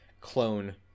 clone